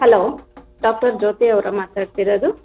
hello doctor ಜ್ಯೋತಿಯವರಾ ಮಾತಾಡ್ತಿರೋದು